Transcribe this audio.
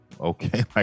okay